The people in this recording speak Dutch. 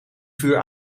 vuur